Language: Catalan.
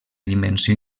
dimensió